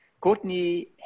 Courtney